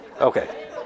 Okay